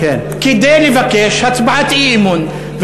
כדי לבקש הצבעת אי-אמון.